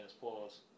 Pause